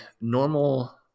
normal